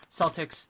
Celtics